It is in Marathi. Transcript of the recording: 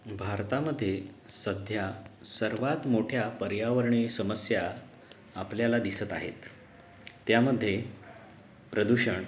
भारतामध्ये सध्या सर्वात मोठ्या पर्यावरणीय समस्या आपल्याला दिसत आहेत त्यामध्ये प्रदूषण